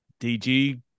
DG